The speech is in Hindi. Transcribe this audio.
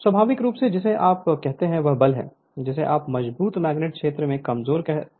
स्वाभाविक रूप से जिसे आप कहते हैं वह बल है जिसे आप मजबूत मैग्नेटिक क्षेत्र से कमजोर तक कहते हैं